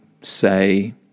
say